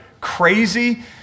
crazy